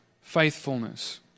faithfulness